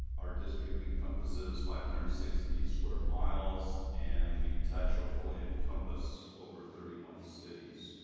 our district encompasses five hundred and sixty square miles and we touch or fully encompass over thirty one cities.